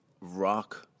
rock